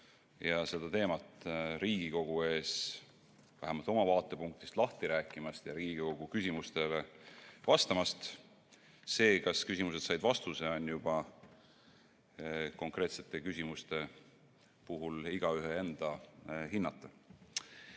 ja seda teemat Riigikogu ees vähemalt oma vaatepunktist lahti rääkimast ja Riigikogu küsimustele vastamast! See, kas küsimused said vastuse, on juba konkreetsete küsimuste puhul igaühe enda hinnata. Aga